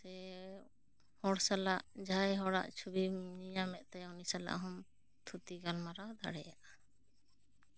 ᱥᱮ ᱦᱚᱲ ᱥᱟᱞᱟᱜ ᱡᱟᱦᱟᱸᱭ ᱦᱚᱲᱟᱜ ᱪᱷᱚᱵᱤᱢ ᱧᱮᱞ ᱧᱟᱢᱮᱫ ᱛᱟᱭᱟ ᱩᱱᱤ ᱥᱟᱞᱟᱜ ᱦᱚᱢ ᱛᱷᱩᱛᱤ ᱜᱟᱞᱢᱟᱨᱟᱣ ᱫᱟᱲᱮᱭᱟᱜᱼᱟ